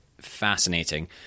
fascinating